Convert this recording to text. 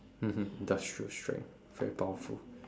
mmhmm industrial strength very powerful